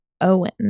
Owen